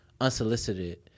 unsolicited